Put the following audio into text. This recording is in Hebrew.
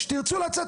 כשתרצו לצאת,